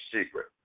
secret